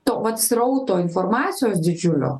to vat srauto informacijos didžiulio